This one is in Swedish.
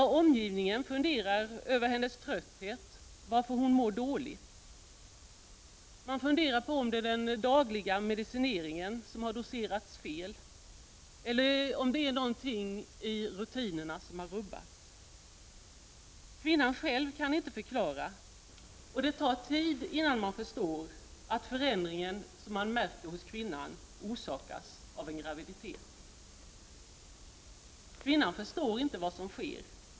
Omgivningen funderar över hennes trötthet och illamående. Är det den dagliga medicineringen som doserats fel? Eller är det något i den dagliga rutinen som har rubbats? Kvinnan kan inte själv förklara, och det tar tid innan man förstår att förändringen orsakats av graviditet. Kvinnan själv förstår inte vad som sker.